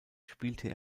spielte